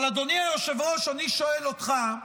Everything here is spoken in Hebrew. אבל אדוני היושב-ראש, אני שואל אותך: